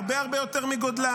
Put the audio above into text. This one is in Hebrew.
הרבה הרבה יותר מגודלם.